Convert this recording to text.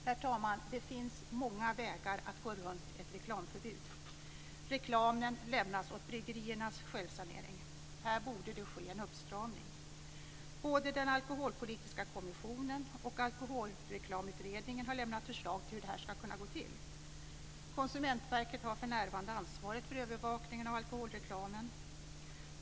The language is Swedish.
Herr talman! Det finns många vägar att gå runt ett reklamförbud. Reklamen lämnas åt bryggeriernas självsanering. Här borde det ske en uppstramning. Både den alkoholpolitiska kommissionen och Alkoholreklamutredningen har lämnat förslag på hur det här ska kunna gå till. Konsumentverket har för närvarande ansvaret för övervakningen av alkoholreklamen.